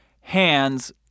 hands